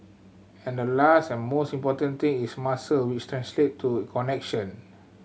and the last and most important thing is muscle which translate to connection